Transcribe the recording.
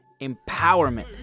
empowerment